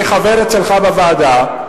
אני חבר אצלך בוועדה,